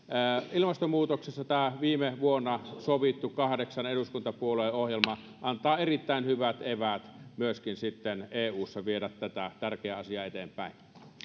ilmastonmuutoksessa viime vuonna sovittu kahdeksan eduskuntapuolueen ohjelma antaa erittäin hyvät eväät myöskin eussa viedä tätä tärkeää asiaa eteenpäin